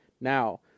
now